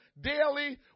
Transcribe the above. daily